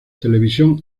televisión